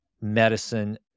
medicine